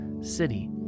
city